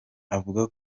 avuga